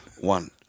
One